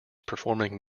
performing